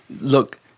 look